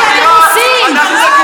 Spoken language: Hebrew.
הרי זה מה שאתם עושים.